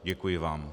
Děkuji vám.